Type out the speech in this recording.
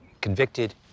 convicted